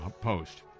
Post